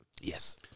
Yes